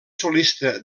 solista